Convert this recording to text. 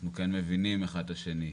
אנחנו כן מבינים אחד את השני.